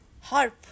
harp